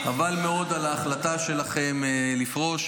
חבל מאוד על ההחלטה שלכם לפרוש,